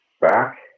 Back